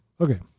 Okay